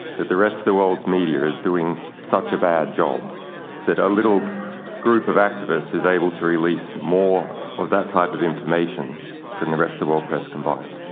that the rest of the world's media is doing such a bad job that a little group of activists is able to release more of that type of information than the rest of the world press combined.